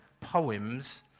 poems